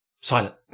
silent